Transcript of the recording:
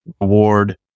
reward